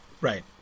Right